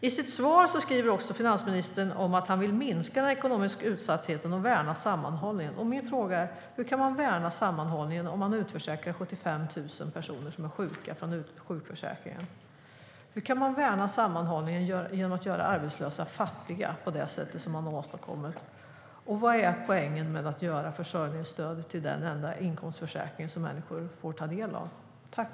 Finansministern sade också att han vill "minska den ekonomiska utsattheten och värna sammanhållningen". Hur kan man värna sammanhållningen om man utförsäkrar 75 000 sjuka personer från sjukförsäkringen? Hur kan man värna sammanhållningen genom att göra arbetslösa fattiga? Vad är poängen med att göra försörjningsstödet till den enda inkomstförsäkring som människor får ta del av?